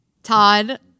Todd